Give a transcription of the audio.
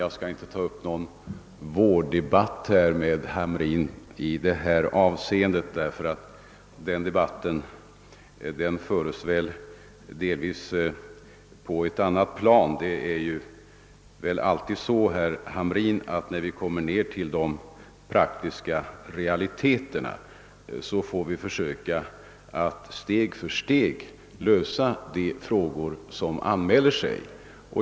Jag skall inte ta upp någon vårddebatt med herr Hamrin i detta avseende, ty den debatten föres väl delvis på ett annat plan. När vi kommer ned till de praktiska realiteterna får vi som alltid försöka att steg för steg lösa de problem som anmäler sig.